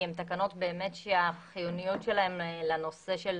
כי אלה תקנות שהחיוניות שלהן לנושא של